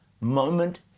moment